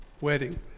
wedding